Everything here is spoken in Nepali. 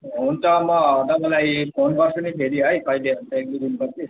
हुन्छ म तपाईँलाई फोन गर्छु नि फेरि है कहिले हुन्छ एक दुई दिन पछि